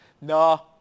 No